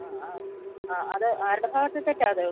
ഞങ്ങൾ ആ അത് ആരുടെ ഭാഗത്തെ തെറ്റാണ് അത്